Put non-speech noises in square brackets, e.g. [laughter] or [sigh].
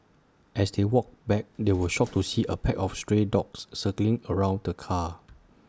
as they walked back they were shocked [noise] to see A pack of stray dogs circling around the car